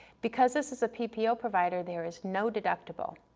because this is a ppo provider there is no deductible.